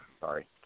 Sorry